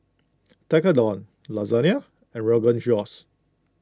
Tekkadon Lasagne and Rogan Josh